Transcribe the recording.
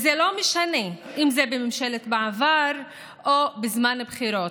זה לא משנה אם זה בממשלת מעבר או בזמן הבחירות.